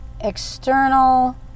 external